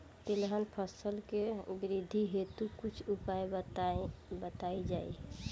तिलहन फसल के वृद्धी हेतु कुछ उपाय बताई जाई?